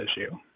issue